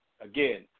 again